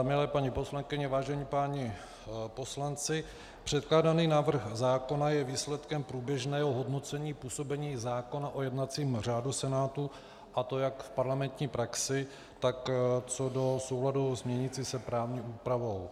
Milé paní poslankyně, vážení páni poslanci, předkládaný návrh zákona je výsledkem průběžného hodnocení působení zákona o jednacím řádu Senátu, a to jak v parlamentní praxi, tak co do souladu s měnící se právní úpravou.